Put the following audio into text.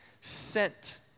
sent